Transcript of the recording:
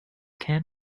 can